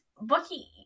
Bucky